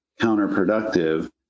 counterproductive